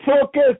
Focus